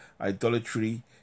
idolatry